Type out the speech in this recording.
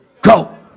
go